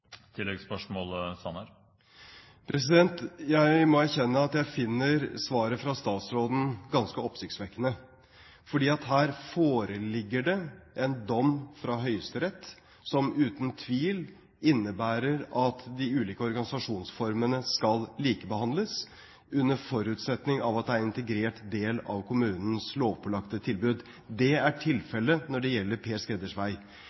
Jeg må erkjenne at jeg finner svaret fra statsråden ganske oppsiktsvekkende, for her foreligger det en dom fra Høyesterett som uten tvil innebærer at de ulike organisasjonsformene skal likebehandles, under forutsetning av at det er en integrert del av kommunens lovpålagte tilbud. Det er tilfellet når det gjelder Per